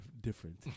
different